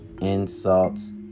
insults